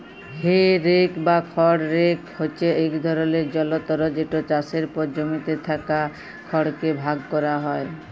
হে rake বা খড় rake হছে ইক ধরলের যলতর যেট চাষের পর জমিতে থ্যাকা খড়কে ভাগ ক্যরা হ্যয়